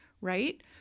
right